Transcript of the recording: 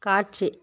காட்சி